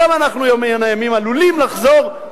גם אנחנו ביום מן הימים עלולים לחזור,